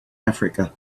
africa